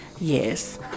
yes